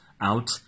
out